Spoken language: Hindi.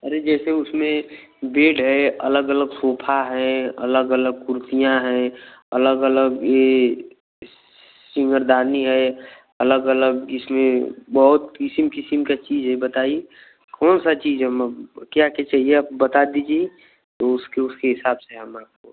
अरे जैसे उसमें बेड है अलग अलग सोफा है अलग अलग कुर्सियाँ हैं अलग अलग यह सिंगारदान है अलग अलग इसमें बहुत क़िस्म क़िस्म की चीज़ें हैं बताइए कौन सी चीज़ हम अब क्या क्या चाहिए आप बता दीजिए तो उसके उसके हिसाब से हम आपको